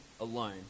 alone